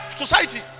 society